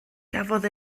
gafodd